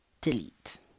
delete